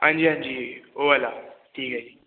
ਹਾਂਜੀ ਹਾਂਜੀ ਉਹ ਵਾਲਾ ਠੀਕ ਹੈ ਜੀ